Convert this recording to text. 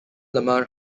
lamont